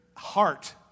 Heart